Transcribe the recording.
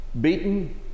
beaten